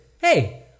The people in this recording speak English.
hey